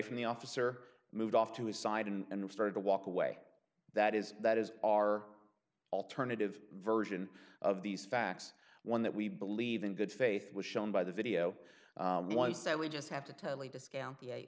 from the officer moved off to his side and started to walk away that is that is our alternative version of these facts one that we believe in good faith was shown by the video was that we just have to totally discount